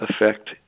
effect